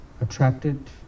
attracted